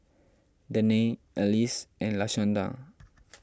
Danae Alys and Lashanda